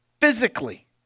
physically